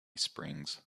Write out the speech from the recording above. springs